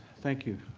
thank you,